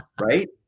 right